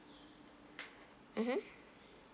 mmhmm